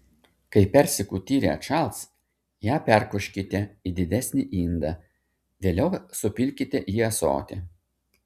kai persikų tyrė atšals ją perkoškite į didesnį indą vėliau supilkite į ąsotį